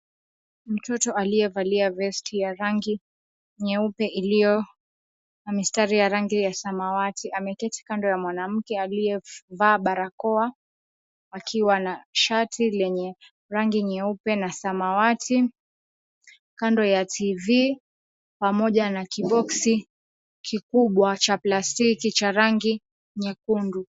Mtoto aliyevalia vesti ya rangi nyeupe iliyo amestari ya rangi ya samawati, ameketi kando ya mwanamke aliyevaa barakoa, akiwa na shati lenye rangi nyeupe na samawati, kando ya TV. Pamoja na kiboksi kikubwa cha plastiki cha rangi nyekundu.